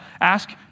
Ask